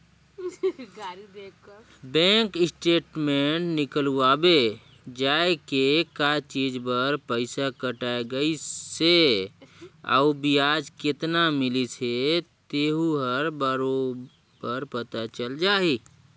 bank statement निकलवाबे जाये के का चीच बर पइसा कटाय गइसे अउ बियाज केतना मिलिस हे तेहू हर बरोबर पता चल जाही